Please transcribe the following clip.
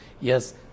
Yes